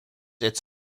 its